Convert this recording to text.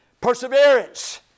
perseverance